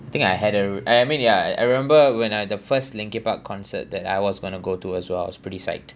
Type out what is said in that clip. I think I had a I I mean ya I remember when uh the first linkin park concert that I was going to go to as well it was pretty psyched